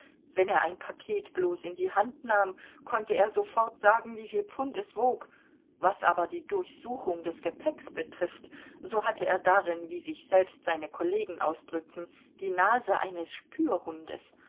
wenn er ein paket bloß in die hand nahm konnte er sofort sagen wieviel pfund es wog was aber die durchsuchung des gepäcks betrifft so hatte er darin wie sich selbst seine kollegen ausdrückten die nase eines spürhundes